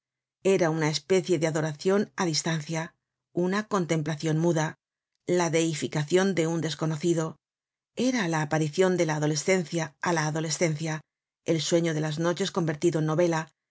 era una especie de adoracion á distancia una contemplacion muda la deificacion de un desconocido era la aparicion de la adolescencia á la adolescencia el sueño de las noches convertido en novela